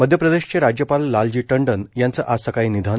मध्य प्रदेशचे राज्यपाल लालजी टंडन यांचं आज सकाळी निधन